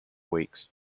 weeks